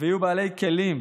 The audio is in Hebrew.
ויהיו בעלי כלים